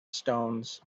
stones